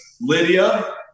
lydia